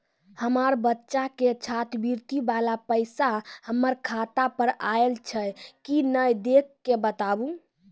हमार बच्चा के छात्रवृत्ति वाला पैसा हमर खाता पर आयल छै कि नैय देख के बताबू?